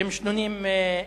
הם שנונים.